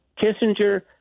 Kissinger